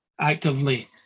actively